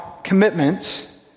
commitments